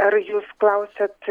ar jūs klausiat